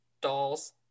dolls